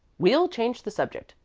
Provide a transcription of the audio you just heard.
we'll change the subject,